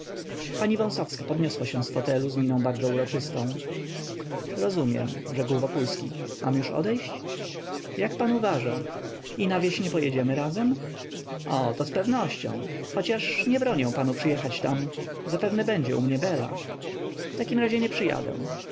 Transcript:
pani wąsowska podniosła się z fotelu z miną bardzo uroczystą rozumiem rzekł wokulski mam już odejść jak pan uważa i na wieś nie pojedziemy razem o to z pewnością chociaż nie bronię panu przyjechać tam zapewne będzie u mnie bela w takim razie nie przyjadę